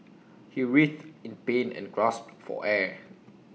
he writhed in pain and grasped for air